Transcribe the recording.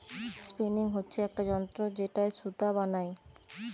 spinning হচ্ছে একটা যন্ত্র যেটায় সুতো বানাই